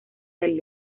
del